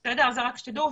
אז זה רק שתדעו.